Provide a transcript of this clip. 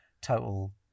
total